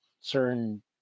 certain